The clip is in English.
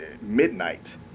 midnight